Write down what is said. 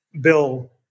bill